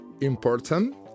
important